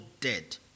dead